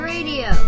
Radio